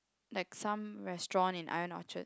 like some restaurant in Ion Orchard